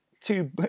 Two